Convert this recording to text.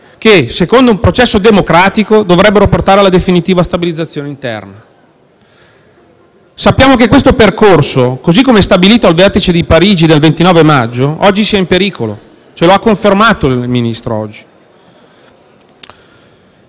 che, secondo un processo democratico, dovrebbero portare alla definitiva stabilizzazione interna. Sappiamo che questo percorso, così come stabilito al vertice di Parigi del 29 maggio, oggi sia in pericolo. Ce lo ha confermato oggi il Ministro.